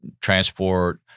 transport